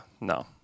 No